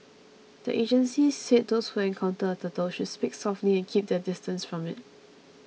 the agencies said those who encounter a turtle should speak softly and keep their distance from it